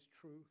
truth